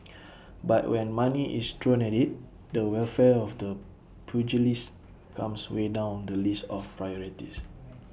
but when money is thrown at IT the welfare of the pugilists comes way down the list of priorities